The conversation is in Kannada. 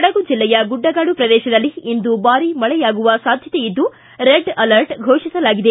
ಕೊಡಗು ಜಿಲ್ಲೆಯ ಗುಡ್ಡಗಾಡು ಪ್ರದೇಶದಲ್ಲಿ ಇಂದು ಭಾರಿ ಮಳೆಯಾಗುವ ಸಾಧ್ಯತೆಯಿದ್ದು ರೆಡ್ ಅಲರ್ಟ್ ಘೋಷಿಸಲಾಗಿದೆ